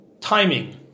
timing